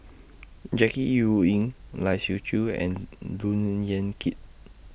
Jackie Yi Ru Ying Lai Siu Chiu and Look Yan Kit